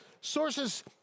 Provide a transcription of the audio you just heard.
sources